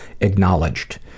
acknowledged